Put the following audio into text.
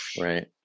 right